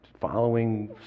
following